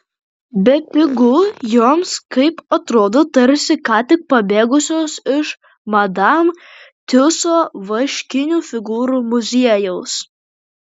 bepigu joms kai atrodo tarsi ką tik pabėgusios iš madam tiuso vaškinių figūrų muziejaus